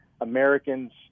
Americans